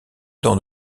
dans